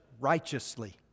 righteously